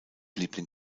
liebling